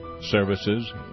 services